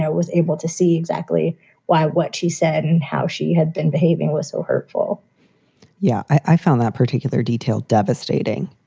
yeah was able to see exactly why what she said and how she had been behaving was so hurtful yeah, i found that particular detail devastating.